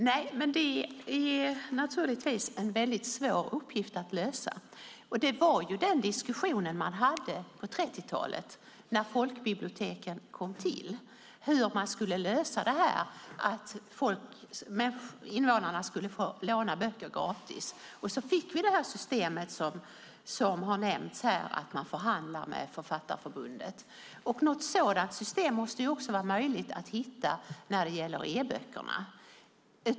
Herr talman! Det är naturligtvis en svår uppgift att lösa. Det var just en sådan diskussion man förde på 30-talet när folkbiblioteken kom till, alltså hur man skulle lösa detta med att invånarna fick låna böcker gratis. Då fick vi systemet med att man förhandlar med Författarförbundet. Något sådant system måste vara möjligt att hitta också vad gäller e-böckerna.